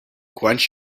quench